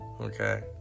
Okay